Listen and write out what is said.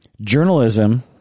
journalism